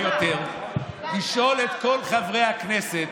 אולי יותר, לשאול את כל חברי הכנסת,